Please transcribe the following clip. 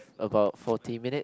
about forty minute